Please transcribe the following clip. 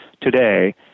today